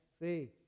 faith